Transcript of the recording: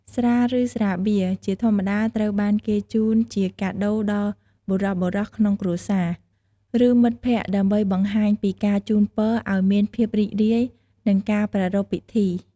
ស្រា ឬស្រាបៀរជាធម្មតាត្រូវបានគេជូនជាកាដូដល់បុរសៗក្នុងគ្រួសារ ឬមិត្តភក្តិដើម្បីបង្ហាញពីការជូនពរឱ្យមានភាពរីករាយនិងការប្រារព្ធពិធី។